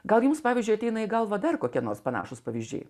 gal jums pavyzdžiui ateina į galvą dar kokie nors panašūs pavyzdžiai